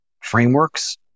frameworks